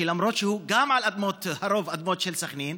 שלמרות שהוא ברובו על אדמות של סח'נין,